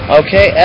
okay